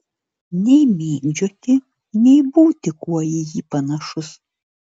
nei mėgdžioti nei būti kuo į jį panašus